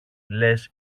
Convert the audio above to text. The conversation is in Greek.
λες